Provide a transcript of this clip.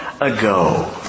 ago